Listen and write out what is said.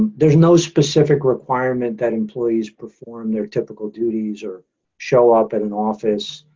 there's no specific requirement that employees perform their typical duties or show up in an office.